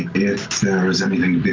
if there is anything